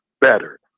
better